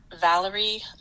valerie